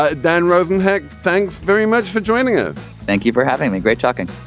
ah than rosenheck thanks very much for joining us. thank you for having me. great talking